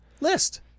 List